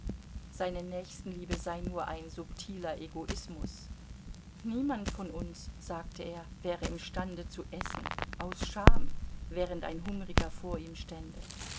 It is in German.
seine nächstenliebe sei nur ein subtiler egoismus niemand von uns sagte er wäre im stande zu essen aus scham während ein hungriger vor ihm stände